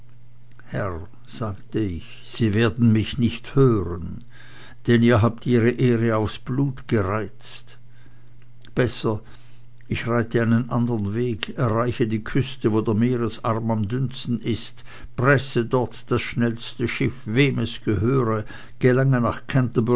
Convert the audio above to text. herr sagte ich sie werden mich nicht hören denn ihr habt ihre ehre aufs blut gereizt besser ich reite einen andern weg erreiche die küste wo der meeresarm am dünnsten nach presse dort das schnellste schiff wem es gehöre gelange nach